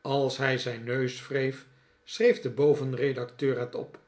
als hij zijn neus wreef schreef de boven redacteur het op